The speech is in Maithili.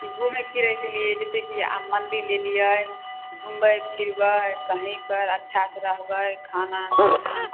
घुमै फिरैके लिए जैसे कि आब मन्दिर एलियै घुमबै फिरबै कहीँ पर अच्छासँ रहबै खाना पीना